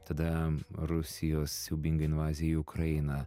tada rusijos siaubinga invazija į ukrainą